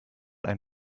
ein